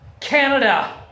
Canada